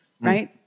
Right